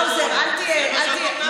זה מה שאת נותנת.